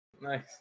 Nice